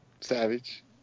savage